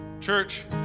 Church